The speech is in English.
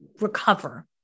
recover